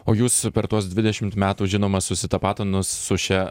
o jūs per tuos dvidešimt metų žinoma susitapatinus su šia